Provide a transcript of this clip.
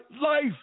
life